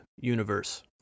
universe